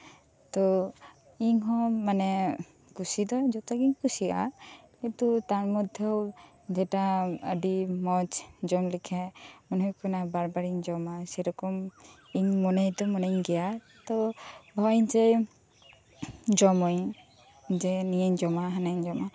ᱛᱚ ᱤᱧ ᱦᱚᱸ ᱢᱟᱱᱮ ᱠᱩᱥᱤ ᱫᱚ ᱡᱚᱛᱚ ᱜᱤᱧ ᱠᱩᱥᱤᱭᱟᱜᱼᱟ ᱠᱤᱱᱛᱩ ᱛᱟᱨ ᱢᱚᱫᱽᱫᱷᱮᱣ ᱡᱮᱴᱟ ᱟᱹᱰᱤ ᱢᱚᱸᱡ ᱡᱚᱢ ᱞᱮᱠᱷᱟᱡ ᱢᱚᱱᱮ ᱦᱩᱭᱩᱜ ᱠᱟᱱᱟ ᱵᱟᱨᱼᱵᱟᱨᱤᱧ ᱡᱚᱢᱟ ᱥᱮᱨᱚᱠᱚᱢ ᱤᱧ ᱢᱚᱱᱮ ᱫᱩᱧ ᱢᱚᱱᱮ ᱜᱮᱭᱟ ᱛᱚ ᱱᱚᱜᱼᱚᱭ ᱡᱮ ᱡᱚᱢᱟᱹᱧ ᱡᱮ ᱱᱤᱭᱟᱹᱧ ᱡᱚᱢᱟ ᱦᱟᱱᱟᱧ ᱡᱚᱢᱟ